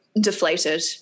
deflated